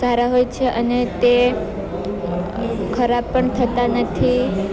સારા હોય છે અને તે ખરાબ પણ થતાં નથી